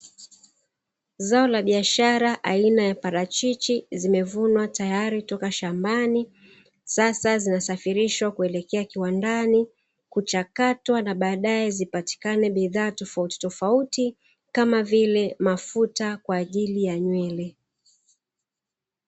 Zao la biashara aina ya parachichi limevunwa tayari shambani sasa zinasafirishwa kuelekea viwandani kuchakatwa na baadae zipatikane bidhaa tofautitofauti, kama vile mafuta kwa ajili ya nywele.